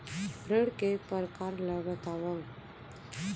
ऋण के परकार ल बतावव?